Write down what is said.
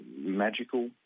magical